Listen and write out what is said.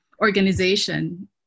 organization